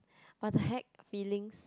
but the heck feelings